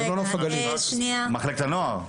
מחלקת הנוער?